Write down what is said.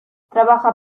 trabaja